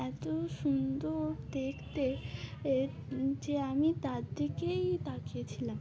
এত সুন্দর দেখতে যে আমি তার দিকেই তাকিয়েছিলাম